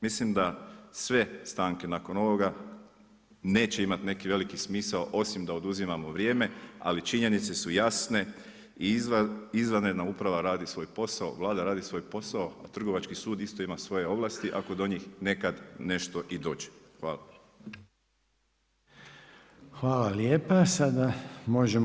Mislim da sve stanke nakon ovoga neće imati neki veliki smisao osim da oduzimamo vrijeme ali činjenice su jasne, izvanredna uprava radi svoj posao, Vlada radi svoj posao, a Trgovački sud isto ima svoje ovlasti ako do njih nekad nešto i dođe.